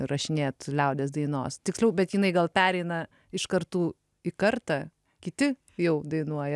įrašinėt liaudies dainos tiksliau bet jinai gal pereina iš kartų į kartą kiti jau dainuoja